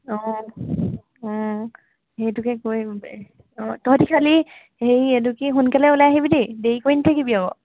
অঁ অঁ সেইটোকে কৰিম অঁ তহঁতে খালী হেৰি এইটো কি সোনকালে ওলাই আহিবি দেই দেৰি কৰি নাথাকিবি আকৌ